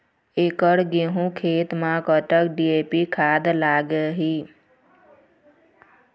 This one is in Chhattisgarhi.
एकड़ गेहूं खेत म कतक डी.ए.पी खाद लाग ही?